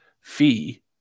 fee